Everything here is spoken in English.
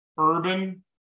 Urban